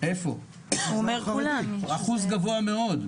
אחוז גבוה מאוד.